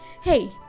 Hey